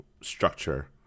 structure